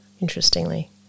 Interestingly